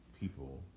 people